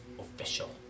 official